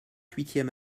huitième